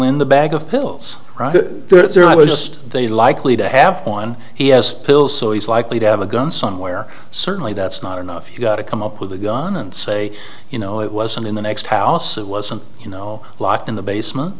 in the bag of pills or if there i was just they likely to have one he has pills so he's likely to have a gun somewhere certainly that's not enough you gotta come up with a gun and say you know it wasn't in the next house it wasn't you know locked in the basement